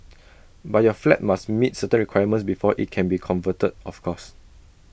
but your flat must meet certain requirements before IT can be converted of course